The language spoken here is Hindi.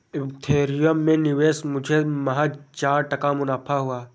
एथेरियम में निवेश मुझे महज चार टका मुनाफा हुआ